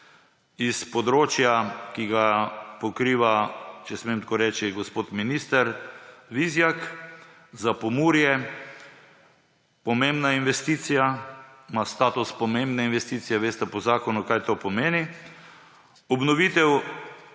s področja, ki ga pokriva, če smem tako reči, gospod minister Vizjak, za Pomurje pomembna investicija, ima status pomembne investicije – veste po zakonu, kaj to pomeni −, obnovitev